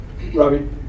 Robbie